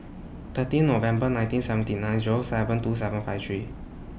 thirteen November nineteen seventy nine Zero seven two seven five three